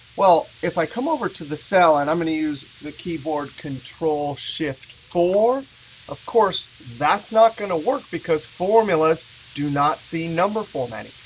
well, if i come over to the cell and i'm going to use the keyboard control shift four of course, that's not going to work because formulas do not see number format.